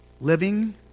living